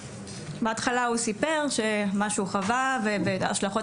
בהתחלה הוא סיפר את מה שהוא חווה ואת ההשלכות